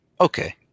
Okay